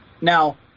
Now